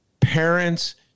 parents